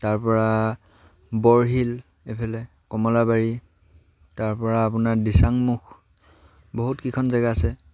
তাৰ পৰা বৰশিল এইফালে কমলাবাৰী তাৰপৰা আপোনাৰ দিছাংমুখ বহুতকেইখন জেগা আছে